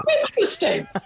interesting